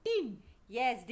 Yes